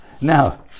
Now